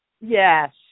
Yes